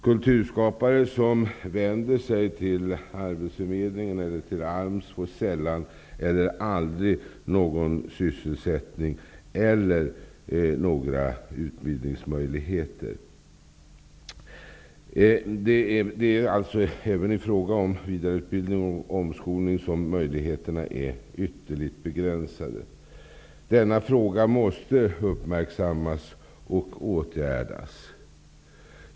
Kulturskapare som vänder sig till arbetsförmedlingen eller till AMS får sällan eller aldrig någon sysselsättning eller någon utbildningsmöjlighet. Även i fråga om vidareutbildning och omskolning är möjligheterna ytterligt begränsade. Denna fråga måste uppmärksammas och åtgärdas.